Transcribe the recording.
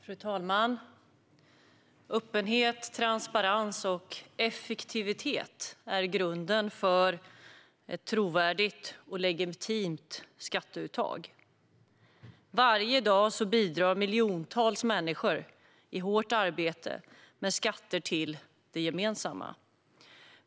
Fru talman! Öppenhet, transparens och effektivitet är grunden för ett trovärdigt och legitimt skatteuttag. Varje dag bidrar miljontals människor i hårt arbete med skatter till det gemensamma.